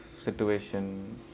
situation